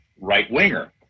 right-winger